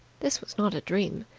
this was not a dream.